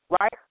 right